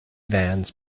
vans